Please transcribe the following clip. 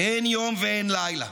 "אין יום ואין לילה,